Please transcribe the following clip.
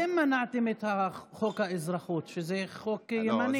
אתם מנעתם את חוק האזרחות, שזה חוק ימני.